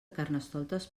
carnestoltes